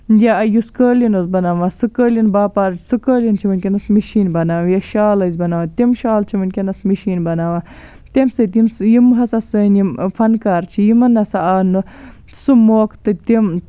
یا یُس قٲلیٖن اوس بَناوان سُہ قٲلیٖن باپار سُہ قٲلیٖن چھ وٕنکیٚنَس مِشیٖن بَناو یا شال ٲسۍ بَناوان تِم شال چھِ وٕنکیٚنَس مِشیٖن بَناوان تمہ سۭتۍ یِم ہَسا سٲنٛۍ یِم فَنکار چھِ یِمَن نَسا آو نہٕ سُہ موقعہٕ تہٕ تِم